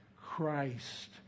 Christ